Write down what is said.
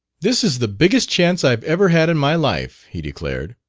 this is the biggest chance i've ever had in my life, he declared,